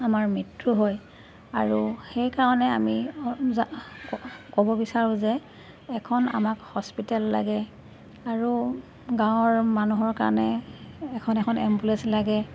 আমাৰ মৃত্যু হয় আৰু সেইকাৰণে আমি ক'ব বিচাৰোঁ যে এখন আমাক হস্পিটেল লাগে আৰু গাঁৱৰ মানুহৰ কাৰণে এখন এখন এম্বুলেঞ্চ লাগে